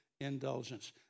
indulgence